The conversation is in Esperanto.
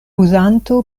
uzanto